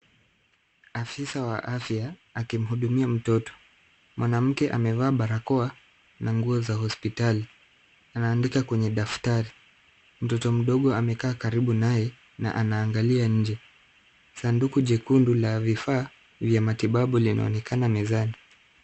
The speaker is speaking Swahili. Afisa wa afya akimhudumia mtoto , mwanamke amevaa barakoa na nguo za hospitali anaandika kwenye daftari . Mtoto mdogo amekaa karibu naye na anaangalia nje. Sanduku jekundu la vifaa vya matibabu linaonekana mezani.